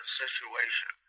situation